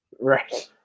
right